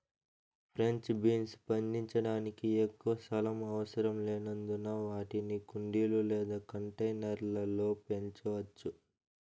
French beans పండించడానికి ఎక్కువ స్థలం అవసరం లేనందున వాటిని కుండీలు లేదా కంటైనర్ల లో పెంచవచ్చు